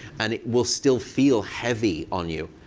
and it will still feel heavy on you.